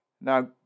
Now